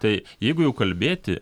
tai jeigu jau kalbėti